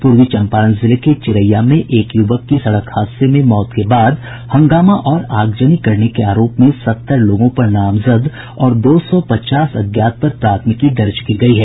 पूर्वी चंपारण जिले के चिरैया में एक युवक की सड़क हादसे में मौत के बाद हंगामा और आगजनी करने के आरोप में सत्तर लोगों पर नामजद और दो सौ पचास अज्ञात पर प्राथमिकी दर्ज की गयी है